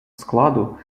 складу